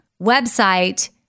website